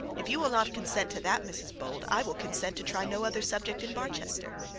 if you will not consent to that, mrs bold, i will consent to try no other subject in barchester